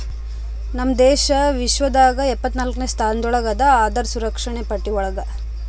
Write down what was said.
ನಮ್ ದೇಶ ವಿಶ್ವದಾಗ್ ಎಪ್ಪತ್ನಾಕ್ನೆ ಸ್ಥಾನದಾಗ್ ಅದಾ ಅಹಾರ್ ಸುರಕ್ಷಣೆ ಪಟ್ಟಿ ಒಳಗ್